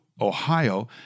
Ohio